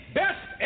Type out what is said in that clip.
best